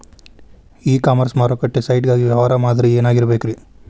E commerce ಮಾರುಕಟ್ಟೆ site ಗಾಗಿ ವ್ಯವಹಾರ ಮಾದರಿ ಏನಾಗಿರಬೇಕ್ರಿ?